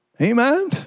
Amen